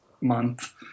month